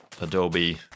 Adobe